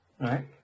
right